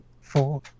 four